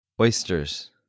Oysters